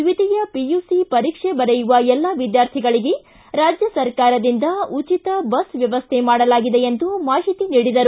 ದ್ವಿತೀಯ ಪಿಯುಸಿ ಪರೀಕ್ಷೆ ಬರೆಯುವ ಎಲ್ಲಾ ವಿದ್ಯಾರ್ಥಿಗಳಿಗೆ ರಾಜ್ಯ ಸರ್ಕಾರದಿಂದ ಉಚಿತ ಬಸ್ ವ್ಯವಸ್ಟೆ ಮಾಡಲಾಗಿದೆ ಎಂದು ಮಾಹಿತಿ ನೀಡಿದರು